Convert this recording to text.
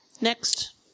Next